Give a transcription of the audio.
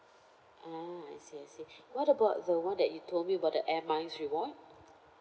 ah I see I see what about the one that you told me about the air miles reward